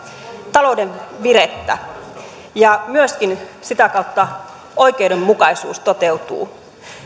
talouden virettä ja myöskin sitä kautta oikeudenmukaisuus toteutuu